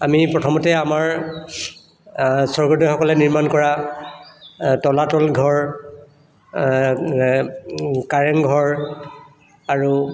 আমি প্ৰথমতে আমাৰ স্বৰ্গদেউসকলে নিৰ্মাণ কৰা তলাতল ঘৰ কাৰেংঘৰ আৰু